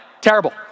Terrible